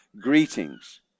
greetings